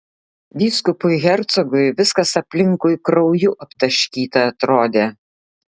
vyskupui hercogui viskas aplinkui krauju aptaškyta atrodė